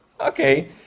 okay